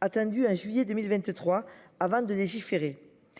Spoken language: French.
Attendu à juillet 2023, avant de légiférer.